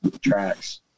tracks